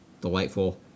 delightful